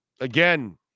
again